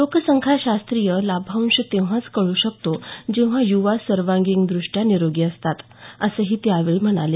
लोकसंख्याशास्त्रीय लाभांश तेंव्हाच कळू शकतो जेव्हा युवा सर्वांगीण दृष्ट्या निरोगी असतात असंही ते यावेळी म्हणाले